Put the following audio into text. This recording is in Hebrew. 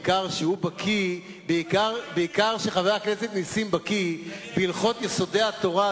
בעיקר משום שחבר הכנסת זאב בקי בהלכות יסודי התורה,